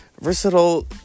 Versatile